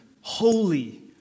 holy